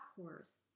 horse